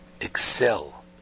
excel